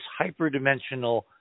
hyperdimensional